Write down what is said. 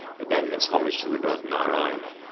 but then it's homage to the god narayana.